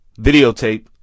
videotape